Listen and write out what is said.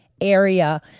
area